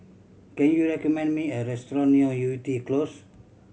can you recommend me a restaurant near Yew Tee Close